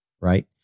Right